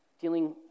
dealing